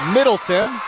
Middleton